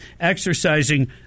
exercising